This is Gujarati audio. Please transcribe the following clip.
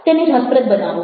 તેને રસપ્રદ બનાવો